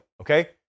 Okay